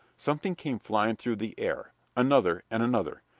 something came flying through the air another and another.